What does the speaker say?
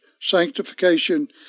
sanctification